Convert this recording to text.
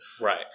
Right